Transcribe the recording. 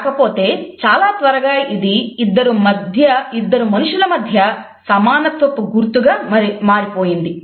కాకపోతే చాలా త్వరగా ఇది ఇద్దరు మనుషుల మధ్య సమానత్వపు గుర్తుగా మారిపోయింది